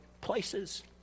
places